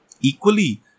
Equally